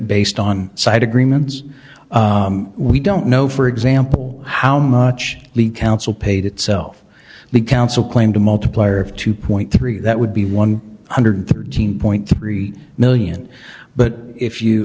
based on side agreements we don't know for example how much the council paid itself the council claimed a multiplier of two point three that would be one hundred thirteen point three million but if you